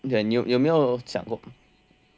你有没有想过